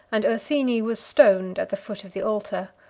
and ursini was stoned at the foot of the altar.